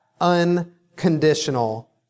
unconditional